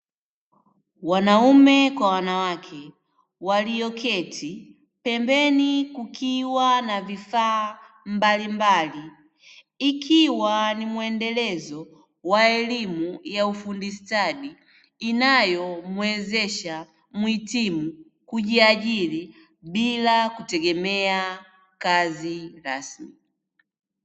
Wanaume kwa wanawake waliyoketi, pembeni kukiwa na vifaa mbalimbali ikiwa ni muendelezo wa elimu ya ufundi stadi inayomuwezesha muhitimu kujiajiri bila kutegemea kazi rasmi.